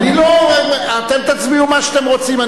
אני לא, אתם תצביעו מה שאתם רוצים.